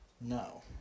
No